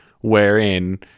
wherein